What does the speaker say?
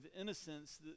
innocence